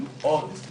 והעשרים